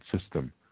system